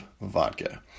vodka